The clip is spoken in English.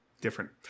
different